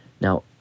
Now